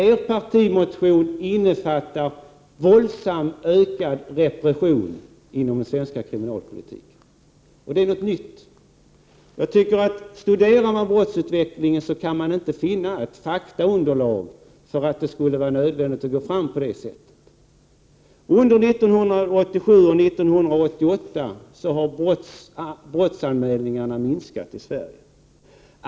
Er partimotion innefattar våldsamt ökad repression inom den svenska kriminalpolitiken, och det är något nytt. Studerar man brottsutvecklingen, så kan man inte finna ett faktaunderlag som innebär att det skulle vara nödvändigt att gå fram på det sättet. Under 1987 och 1988 har antalet brottsanmälningar minskat i Sverige.